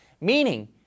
meaning